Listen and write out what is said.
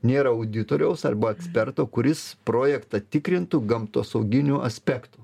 nėra auditoriaus arba eksperto kuris projektą tikrintų gamtosauginiu aspektu